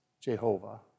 Jehovah